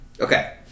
Okay